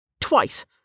Twice